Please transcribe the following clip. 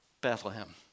Bethlehem